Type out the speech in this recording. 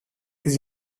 της